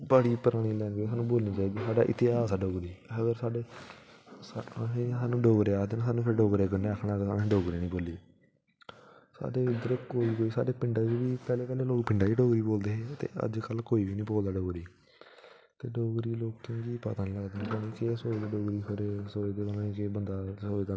बड़ी परानी ऐ डोगरी बोलनी चाहिदी साढ़ा इतिहास ऐ डोगरी साढ़े साढ़े डोगरी सानूं डोगरा कुसनै आक्खना अगर असें डोगरी निं बोली साढ़े इद्धर साढ़े पिंडे दे बी कोई कोई डोगरी बोलदे हे पर अज्जकल कोई निं बोलदा डोगरी ते डोगरी लोकें गी पता निं चलदा पता निं केह् सोचदे डोगरी सोचदे की बंदा